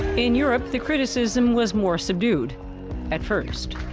in europe, the criticism was more subdued at first.